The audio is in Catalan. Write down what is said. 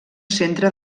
centre